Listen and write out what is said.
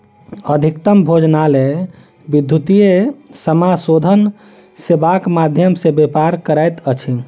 अधिकतम भोजनालय विद्युतीय समाशोधन सेवाक माध्यम सॅ व्यापार करैत अछि